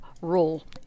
rule